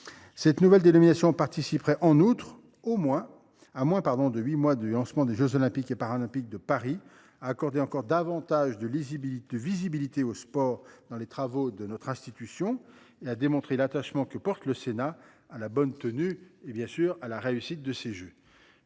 Cette nouvelle dénomination participerait, en outre, à moins de huit mois du lancement des jeux Olympiques et Paralympiques de Paris, à accorder davantage de visibilité au sport dans les travaux de notre institution et à démontrer l’attachement que porte le Sénat à la bonne tenue et à la réussite de ces jeux.